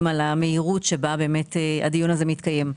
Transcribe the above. על המהירות שבה באמת הדיון הזה מתקיים.